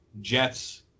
Jets